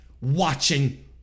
watching